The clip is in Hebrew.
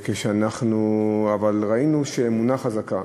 אבל כשאנחנו ראינו שאמונה חזקה